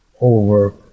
over